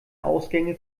ausgänge